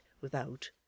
without